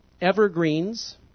evergreens